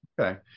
Okay